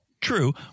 True